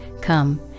come